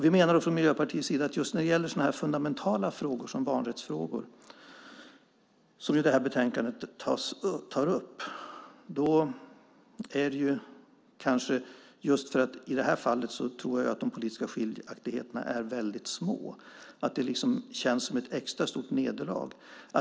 Vi menar från Miljöpartiets sida att det just när det gäller sådana fundamentala frågor som barnrättsfrågor, som tas upp i det här betänkandet, känns som ett extra stort nederlag att vi inte har ett sådant samtalsklimat - och i det här fallet tror jag att de politiska skiljaktigheterna är väldigt små.